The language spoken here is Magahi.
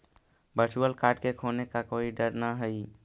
वर्चुअल कार्ड के खोने का कोई डर न हई